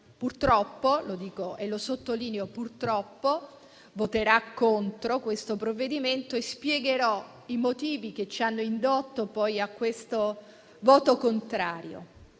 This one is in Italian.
purtroppo - e sottolineo purtroppo - voterà contro questo provvedimento e spiegherò i motivi che ci hanno indotto a questo voto contrario.